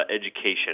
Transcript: education